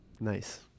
Nice